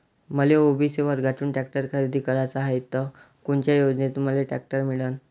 मले ओ.बी.सी वर्गातून टॅक्टर खरेदी कराचा हाये त कोनच्या योजनेतून मले टॅक्टर मिळन?